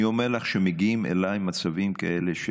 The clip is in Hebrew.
אני אומר לך שמגיעים אליי מצבים כאלה של